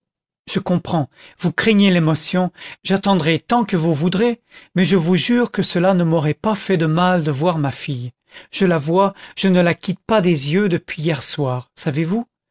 je comprends vous craignez l'émotion j'attendrai tant que vous voudrez mais je vous jure que cela ne m'aurait pas fait de mal de voir ma fille je la vois je ne la quitte pas des yeux depuis hier au soir savez-vous